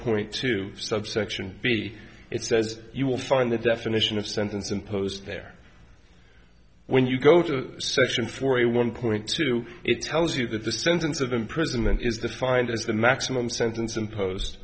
point two subsection b it says you will find the definition of sentence imposed there when you go to the section for a one point two it tells you that the sentence of imprisonment is the find as the maximum sentence imposed